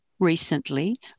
recently